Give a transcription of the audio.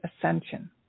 ascension